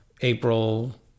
April